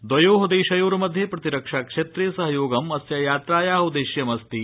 द्वयो देशयोर्मध्ये प्रतिरक्षा क्षेत्रे सहयोगम् अस्य यात्राया उद्देश्यमस्ति